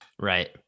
Right